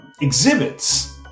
exhibits